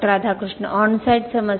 Radhakrishna onsite समस्या